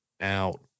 out